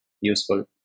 useful